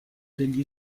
degli